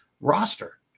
roster